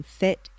fit